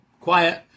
quiet